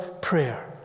prayer